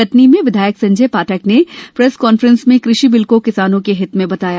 कटनी में विधायक संजय पाठक ने प्रेस कॉन्फ्रेंस में कृषि बिल को किसानों के हित में बताया